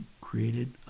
created